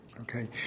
Okay